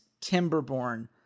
Timberborn